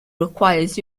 requires